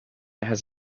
has